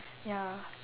ya